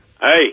Hey